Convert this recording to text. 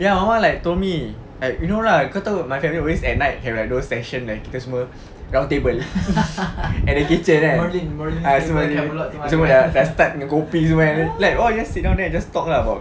ya mama like told me like you know lah kau tahu my family at night have like those sessions kita semua round table at the kitchen kan ah semua semua dah dah start minum kopi semua kan like oh just sit down there and just talk ah about